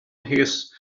his